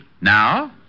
Now